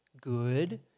good